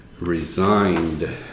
resigned